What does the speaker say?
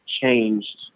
changed